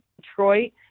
Detroit